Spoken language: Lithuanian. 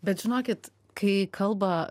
bet žinokit kai kalba